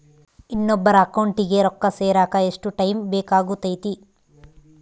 ಇನ್ನೊಬ್ಬರ ಅಕೌಂಟಿಗೆ ರೊಕ್ಕ ಸೇರಕ ಎಷ್ಟು ಟೈಮ್ ಬೇಕಾಗುತೈತಿ?